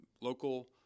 local